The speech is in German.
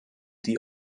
die